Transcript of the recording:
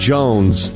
Jones